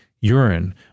urine